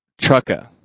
trucka